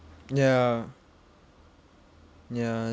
ya ya